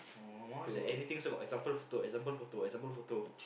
oh mine one is like anything also got example photo example photo example photo